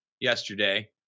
Yesterday